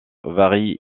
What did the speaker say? varient